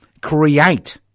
Create